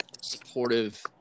supportive